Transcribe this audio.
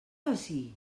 ací